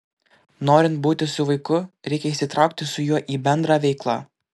norint būti su vaiku reikia įsitraukti su juo į bendrą veiklą